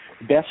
best